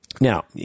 now